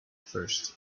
first